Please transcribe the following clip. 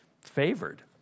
favored